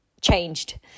Changed